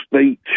speech